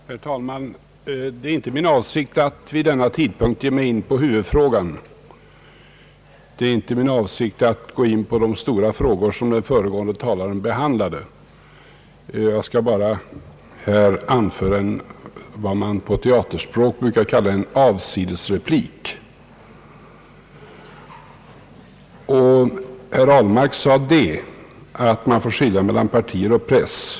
Herr talman! Det är inte min avsikt att vid denna sena timme gå in på huvudfrågan — det är inte heller min avsikt att gå in på de stora frågor som den föregående talaren behandlade. Jag skall bara anföra vad man på teaterspråk brukar kalla en avsidesreplik. Herr Ahlmark sade att man får skilja mellan partier och press.